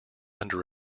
under